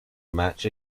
match